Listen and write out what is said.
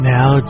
Now